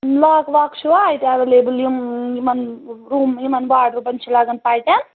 lock واک چھوا اَتہِ ایویلیبٕل یِم یِمَن روٗم یِمَن واڈروٗبَن چھِ لگان پَٹٮ۪ن